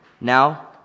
now